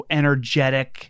energetic